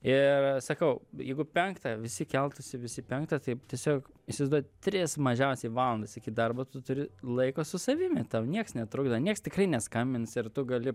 i sakau jeigu penktą visi keltųsi visi penktą taip tiesiog įsivaizduoji tris mažiausiai valandas iki darbo tu turi laiko su savimi tau nieks netrukdo nieks tikrai neskambins ir tu gali